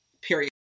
period